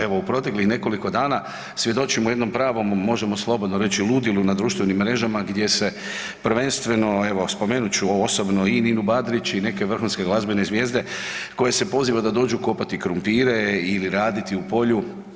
Evo, u proteklih nekoliko dana svjedočimo jednom pravom možemo slobodno reći ludilu na društvenim mrežama gdje se prvenstveno evo spomenut ću osobno i Ninu Badrić i neke vrhunske glazbene zvijezde koje se poziva da dođu kopati krumpire ili raditi u polju.